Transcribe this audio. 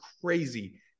crazy